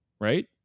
right